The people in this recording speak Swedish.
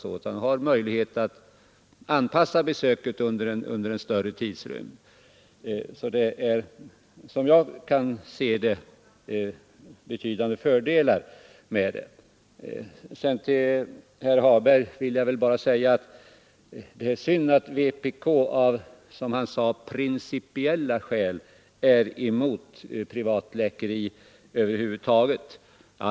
Det är såvitt jag kan se betydande fördelar förknippade med en sådan ordning. Till herr Hagberg i Borlänge vill jag bara säga att det är synd att vpk av, som han sade, principiella skäl är emot ”privatläkeri” över huvud taget.